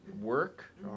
work